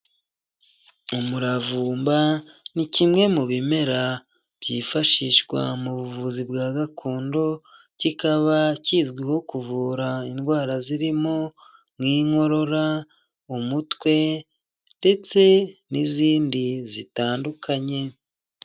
umuravumba ni kimwe mu bimera byifashishwa mu buvuzi bwa gakondo kikaba kizwiho kuvura indwara zirimo nk'inkorora, umutwe, ndetse n'izindi zitandukanye.